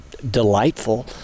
delightful